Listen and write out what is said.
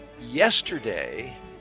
yesterday